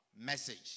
message